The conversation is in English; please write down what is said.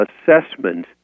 assessment